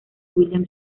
william